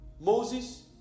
Moses